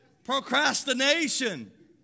procrastination